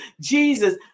Jesus